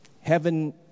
heaven